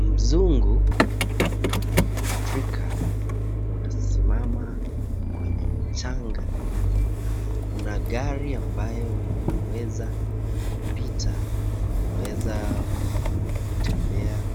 Mzungu na mwafrika wanasimama kwenye mchanga na kuna gari ambayo unaweza kupita, unaweza kutembea